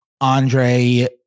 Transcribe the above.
Andre